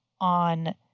on